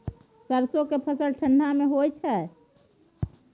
सरसो के फसल ठंडा मे होय छै?